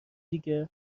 دیگه